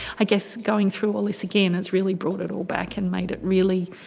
i guess going through all this again it's really brought it all back and made it really.